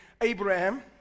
Abraham